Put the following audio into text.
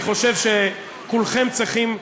אני חושב שכולכם צריכים,